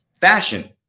fashion